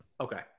okay